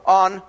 on